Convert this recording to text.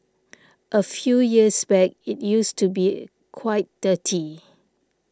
a few years back it used to be quite dirty